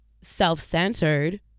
self-centered